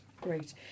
great